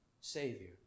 Savior